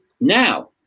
now